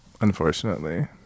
Unfortunately